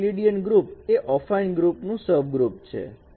Euclidean group એ affine group નું subgroup છે